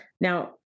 Now